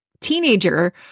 teenager